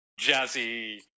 jazzy